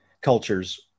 cultures